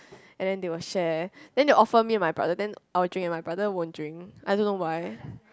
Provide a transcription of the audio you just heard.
and then they will share then they offer me and my brother then I will drink and my brother won't drink I don't know why